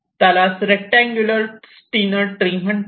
त्यालाच rectangular Steiner tree म्हणतात